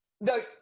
No